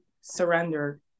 surrender